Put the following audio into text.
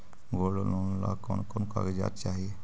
Gold loan ला कौन कौन कागजात चाही?